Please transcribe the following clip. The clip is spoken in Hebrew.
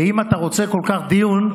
ואם אתה כל כך רוצה דיון,